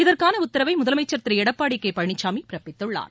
இதற்கான உத்தரவை முதலமைச்சர் திரு எடப்பாடி கே பழனிசாமி பிறப்பித்துள்ளார்